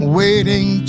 waiting